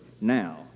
Now